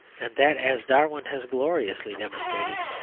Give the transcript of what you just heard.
and that, as darwin has gloriously demonstrated,